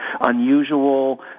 Unusual